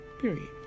Period